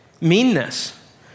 meanness